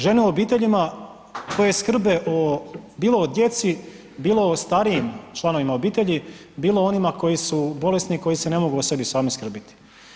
Žene u obiteljima koje skrbe o, bilo o djeci, bilo o starijim članovima obitelji, bilo o onima koji su bolesni koji se ne mogu o sebi sam skrbiti.